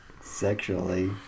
sexually